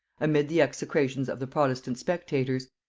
amid the execrations of the protestant spectators.